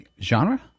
Genre